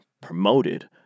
promoted